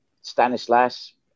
Stanislas